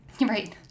Right